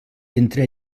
entre